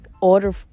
order